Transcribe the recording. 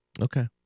Okay